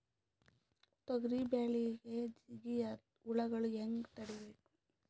ತೊಗರಿ ಬೆಳೆಗೆ ಜಿಗಿ ಹುಳುಗಳು ಹ್ಯಾಂಗ್ ತಡೀಬೇಕು?